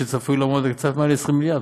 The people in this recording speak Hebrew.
שצפוי להיות קצת יותר מ-20 מיליארד,